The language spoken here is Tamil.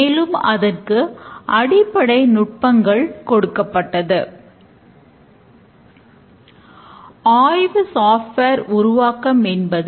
மேலும் அதற்கு அடிப்படை நுட்பங்கள் கொடுக்கப்பட்டது